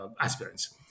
aspirants